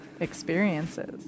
Experiences